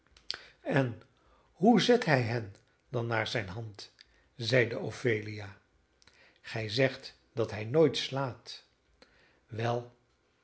en hoe zet hij hen dan naar zijne hand zeide ophelia gij zegt dat hij nooit slaat wel